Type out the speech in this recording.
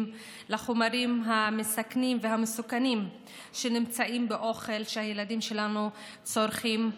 לחומרים המסכנים והמסוכנים שנמצאים באוכל שהילדים שלנו צורכים.